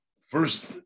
first